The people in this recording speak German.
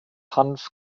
hanf